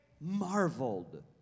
marveled